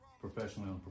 professionally